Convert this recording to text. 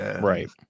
Right